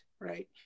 right